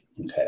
Okay